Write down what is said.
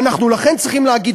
ואנחנו לכן צריכים להגיד,